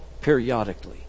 periodically